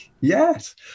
yes